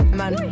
man